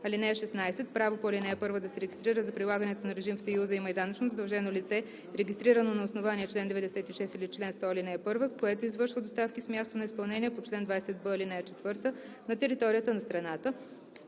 (16) Право по ал. 1 да се регистрира за прилагането на режим в Съюза има и данъчно задължено лице, регистрирано на основание чл. 96 или чл. 100, ал. 1, което извършва доставки с място на изпълнение по чл. 20б, ал. 4 на територията на страната,